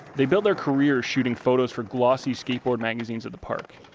they built their career shooting photos for glossy skateboard magazines of the park.